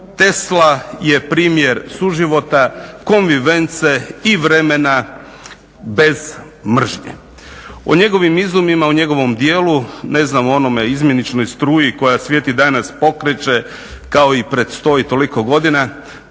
Tesla je primjer suživota, convivence i vremena bez mržnje. O njegovim izumima o njegovom djelu ne znam o onome o izmjeničnoj struji koja svijet i danas pokreće kao i pred 100 i toliko godina,